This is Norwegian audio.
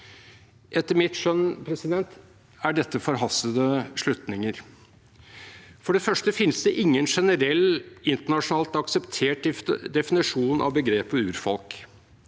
Etter mitt skjønn er dette forhastede slutninger. For det første finnes det ingen generell, internasjonalt akseptert definisjon av begrepet «urfolk».